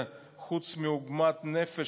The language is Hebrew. חוץ מעוגמת נפש,